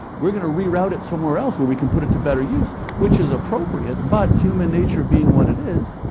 we're going to reroute it somewhere else where we can put it to better use, which is appropriate, but human nature being what it is,